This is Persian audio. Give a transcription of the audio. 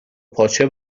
پاچه